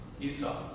Esau